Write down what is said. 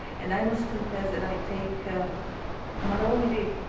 and i must confess that i take not only